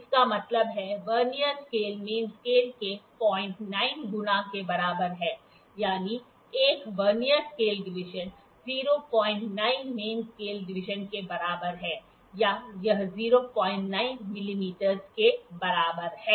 इसका मतलब है वर्नियर स्केल मेन स्केल के 09 गुना के बराबर है यानी 1 vernier scale division 09 main scale division के बराबर है या यह 09mm के बराबर है